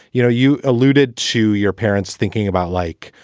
you know, you alluded to your parents thinking about like,